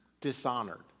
dishonored